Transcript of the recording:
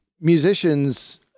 musicians